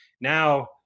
Now